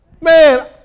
Man